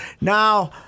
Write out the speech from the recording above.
Now